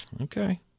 Okay